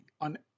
on